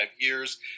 years